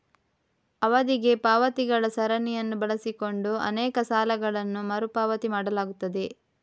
ಅವಧಿಗೆ ಪಾವತಿಗಳ ಸರಣಿಯನ್ನು ಬಳಸಿಕೊಂಡು ಅನೇಕ ಸಾಲಗಳನ್ನು ಮರು ಪಾವತಿ ಮಾಡಲಾಗುತ್ತದೆ